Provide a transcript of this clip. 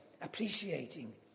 appreciating